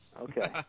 Okay